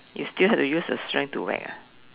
you still have to use the strength to whack ah